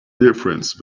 difference